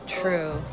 True